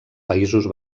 països